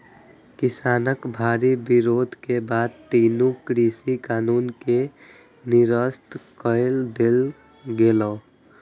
किसानक भारी विरोध के बाद तीनू कृषि कानून कें निरस्त कए देल गेलै